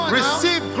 receive